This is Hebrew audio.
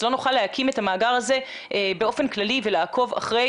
לא נוכל להקים את המאגר הזה באופן כללי ולעקוב אחרי